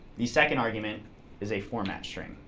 the second argument is a format string.